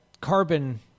carbon